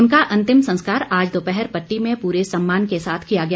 उनका अंतिम संस्कार आज दोपहर पट्टी में पूरे सम्मान के साथ किया गया